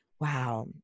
wow